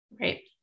Right